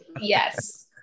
Yes